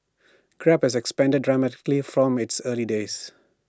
grab has expanded dramatically from its early days